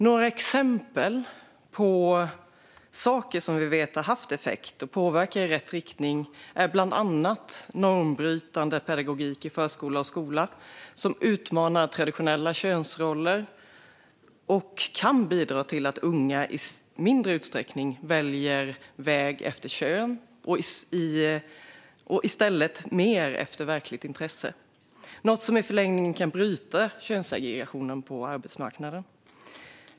Några exempel på saker som vi vet har haft effekt och påverkar i rätt riktning är bland annat normbrytande pedagogik i förskola och skola som utmanar traditionella könsroller och kan bidra till att unga i mindre utsträckning väljer väg efter kön och i stället väljer mer efter verkligt intresse. Detta är något som i förlängningen kan bryta könssegregationen på arbetsmarknaden.